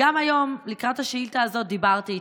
גם היום, לקראת השאילתה הזאת, דיברתי איתם,